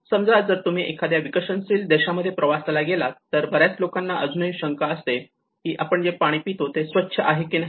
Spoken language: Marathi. समजा जर तुम्ही एखाद्या विकसनशील देशामध्ये प्रवासाला गेलात तर बऱ्याच लोकांना अजूनही शंका असते की आपण जे पाणी पितो ते स्वच्छ आहे की नाही